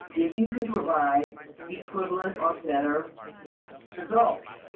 if you could provide equivalent or better results.